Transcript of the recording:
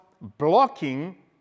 blocking